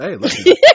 Hey